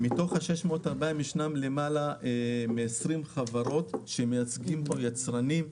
מתוך 640 חברות יש למעלה מ-20 חברות שמייצגות יצרני רכב,